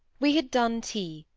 we had done tea,